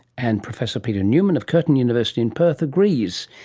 and professor peter newman of curtin university in perth agrees.